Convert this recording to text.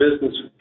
business